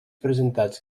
presentats